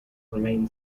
remain